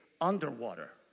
underwater